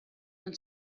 non